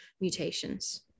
mutations